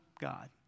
God